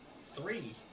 three